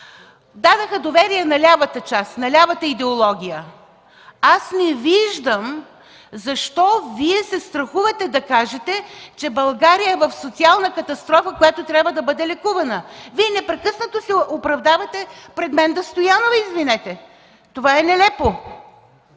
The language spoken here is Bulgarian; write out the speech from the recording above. дадоха доверие на лявата част, на лявата идеология. Аз не виждам защо Вие се страхувате да кажете, че България е в социална катастрофа, която трябва да бъде лекувана?! Вие непрекъснато се оправдавате пред Менда Стоянова. Извинете, това е нелепо!